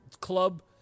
Club